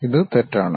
ഇത് തെറ്റാണ്